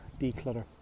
declutter